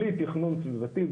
בלי תכנון סביבתי,